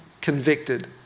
convicted